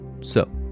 So